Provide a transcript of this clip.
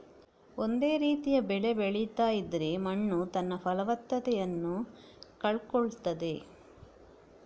ಒಂದೇ ರೀತಿಯ ಬೆಳೆ ಬೆಳೀತಾ ಇದ್ರೆ ಮಣ್ಣು ತನ್ನ ಫಲವತ್ತತೆಯನ್ನ ಕಳ್ಕೊಳ್ತದೆ